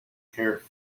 here